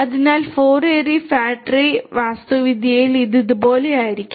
അതിനാൽ 4 ary fat tree വാസ്തുവിദ്യയിൽ ഇത് ഇതുപോലെയായിരിക്കും